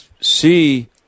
see